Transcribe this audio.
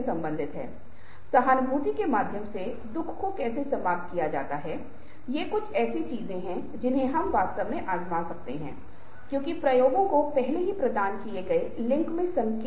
सुनना हम पहले से ही उस पर विस्तार से बात कर चुके हैं हम स्पष्ट रूप से उस भाषा के लिए सुन रहे हैं जिस भाषा में कोई व्यक्ति बोल रहा है हम उस शैली के लिए सुन रहे हैं उस स्वर के लिए जिसे हम पहले ही सत्र में एक महत्वपूर्ण सीमा तक उजागर कर चुके हैं